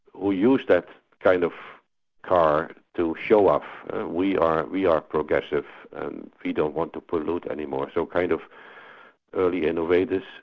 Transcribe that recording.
who use that kind of car to show off we are we are progressive and we don't want to pollute any more, so kind of early innovators.